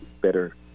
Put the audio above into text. better